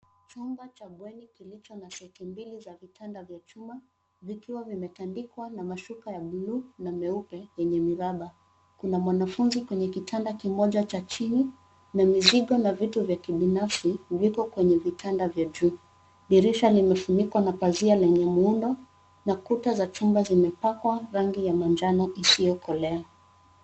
Chumba cha bweni kilicho na seti mbili za vitanda vya chuma vikiwa vimetandikwa na mashuka ya buluu na meupe yenye miraba. Kuna mwanafunzi kwenye kitanda kimoja cha chini na mizigo na vitu vya kibinafsi viko kwenye vitanda vya juu. Dirisha limefunikwa na pazia lenye muundo na kuta za chumba zimepakwa rangi ya manjano isiyokolea.